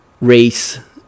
race